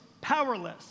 powerless